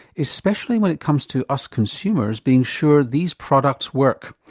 especially when it comes to us consumers being sure these products work.